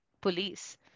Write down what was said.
police